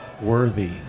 worthy